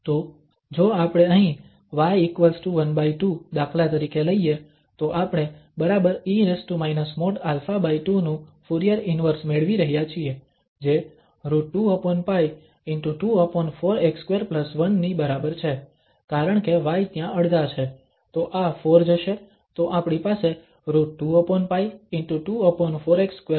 તો જો આપણે અહીં y12 દાખલા તરીકે લઈએ તો આપણે બરાબર e |α|2 નું ફુરીયર ઇન્વર્સ મેળવી રહ્યા છીએ જે √2π ✕ 24x21 ની બરાબર છે કારણકે y ત્યાં અડધા છે તો આ 4 જશે તો આપણી પાસે √2π ✕ 24x21 છે